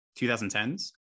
2010s